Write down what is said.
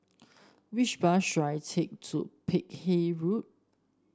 which bus should I take to Peck Hay Road